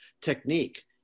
technique